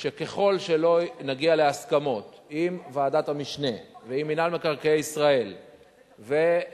שככל שלא נגיע להסכמות עם ועדת המשנה ועם מינהל מקרקעי ישראל ו"חלמיש",